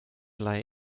lie